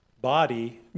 body